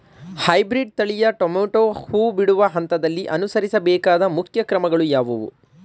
Hybrid ತಳಿಯ tomato ಹೂ ಬಿಡುವ ಹಂತದಲ್ಲಿ ಅನುಸರಿಸಬೇಕಾದ ಮುಖ್ಯ ಕ್ರಮಗಳು ಯಾವುವು?